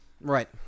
Right